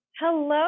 Hello